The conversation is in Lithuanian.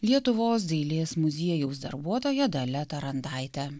lietuvos dailės muziejaus darbuotoja dalia tarandaite